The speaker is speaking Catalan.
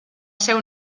seu